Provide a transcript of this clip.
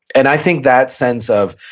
and i think that sense of